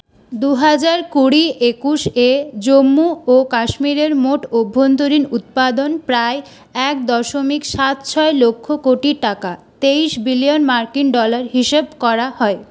দুহাজার কুড়ি একুশে জম্মু ও কাশ্মীরের মোট অভ্যন্তরীণ উৎপাদন প্রায় এক দশমিক সাত ছয় লক্ষ কোটি টাকা তেইশ বিলিয়ন মার্কিন ডলার হিসাব করা হয়